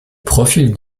profil